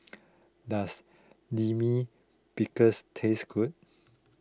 does Lime Pickle taste good